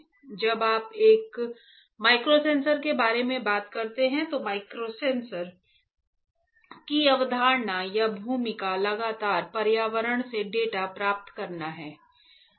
अब जब आप माइक्रोसेंसर के बारे में बात करते हैं तो माइक्रोसेंसर की अवधारणा या भूमिका लगातार पर्यावरण से डेटा प्राप्त करना है